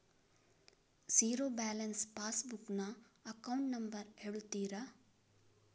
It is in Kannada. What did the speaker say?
ಝೀರೋ ಬ್ಯಾಲೆನ್ಸ್ ಪಾಸ್ ಬುಕ್ ನ ಅಕೌಂಟ್ ನಂಬರ್ ಹೇಳುತ್ತೀರಾ?